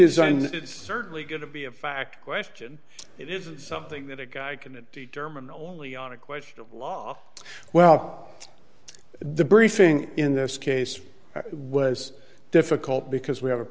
it's certainly going to be a fact question it isn't something that a guy can determine only on a question of law well the briefing in this case was difficult because we have a